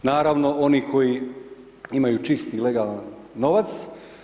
Naravno oni koji imaju čisti i legalan novac.